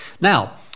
Now